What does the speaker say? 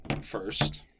first